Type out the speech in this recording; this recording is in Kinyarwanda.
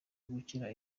gukura